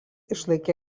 išlaikė